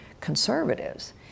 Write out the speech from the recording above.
conservatives